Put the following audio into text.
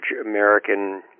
American